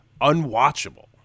unwatchable